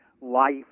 Life